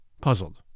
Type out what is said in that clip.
puzzled